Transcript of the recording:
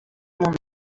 mundo